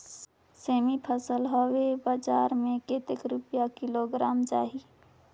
सेमी के फसल हवे बजार मे कतेक रुपिया किलोग्राम जाही?